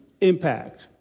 impact